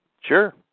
Sure